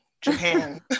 Japan